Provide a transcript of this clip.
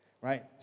right